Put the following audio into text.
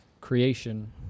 creation